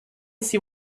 see